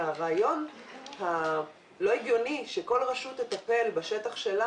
הרעיון הלא הגיוני שכל רשות תטפל בשטח שלה